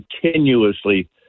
continuously